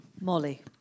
Molly